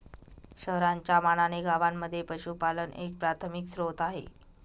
शहरांच्या मानाने गावांमध्ये पशुपालन एक प्राथमिक स्त्रोत आहे